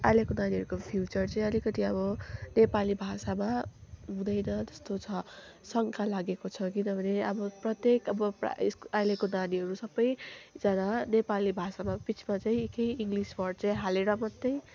अहिलेको नानीहरूको फ्युचर चाहिँ अलिकति अब नेपली भाषामा हुँदैन त्यस्तो छ शङ्का लागेको छ अब किनभने प्रत्येक प्रा अहिलेको नानीहरू सबैजना नेपाली भाषामा बिचमा चाहिँ निकै इङ्लिस वर्ड चाहिँ हालेर मात्रै